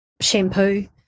shampoo